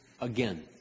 again